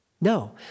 No